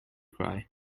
cry